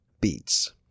Beats